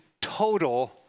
total